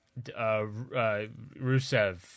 Rusev